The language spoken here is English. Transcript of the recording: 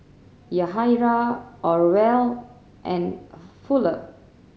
Yahaira Orval and Fuller